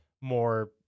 more